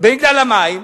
מגדל המים.